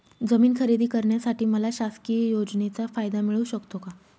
जमीन खरेदी करण्यासाठी मला शासकीय योजनेचा फायदा मिळू शकतो का?